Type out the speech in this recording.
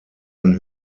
ein